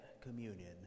communion